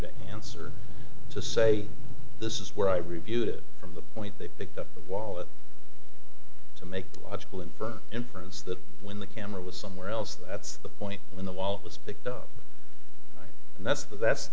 to answer to say this is where i reviewed it from the point they picked up the wallet to make the logical inference inference that when the camera was somewhere else that's the point when the wallet was picked up and that's the